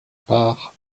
par